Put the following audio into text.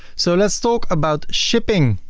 so let's talk about shipping.